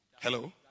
Hello